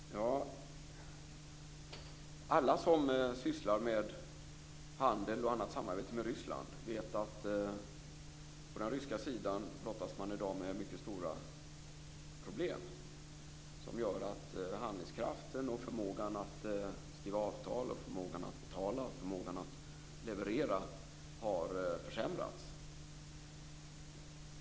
Fru talman! Alla som sysslar med handel och annat samarbete med Ryssland vet att man på den ryska sidan i dag brottas med mycket stora problem, som gör att handlingskraften och förmågan att skriva avtal, förmågan att betala och förmågan att leverera har försämrats.